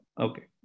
okay